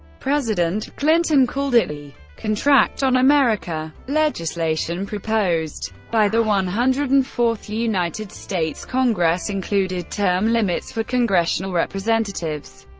president clinton called it the contract on america. legislation proposed by the one hundred and fourth united states congress included term limits for congressional representatives,